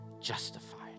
justified